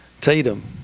Tatum